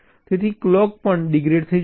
તેથી ક્લોક પણ ડિગ્રેડેડ થઈ જશે